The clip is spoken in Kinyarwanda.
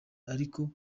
ariko